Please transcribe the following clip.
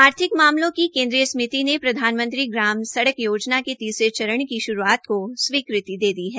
आर्थिक मामलों की केन्द्रीय समिति ने प्रधानमंत्री ग्रामसड़क योजना के तीसरे चरण की श्रूआत की स्वीकृति दे दी है